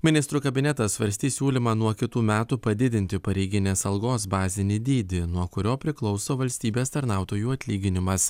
ministrų kabinetas svarstys siūlymą nuo kitų metų padidinti pareiginės algos bazinį dydį nuo kurio priklauso valstybės tarnautojų atlyginimas